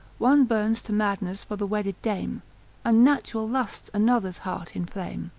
one burns to madness for the wedded dame unnatural lusts another's heart inflame.